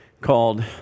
called